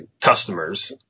customers